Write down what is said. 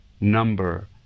number